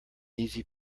easy